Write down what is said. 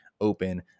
open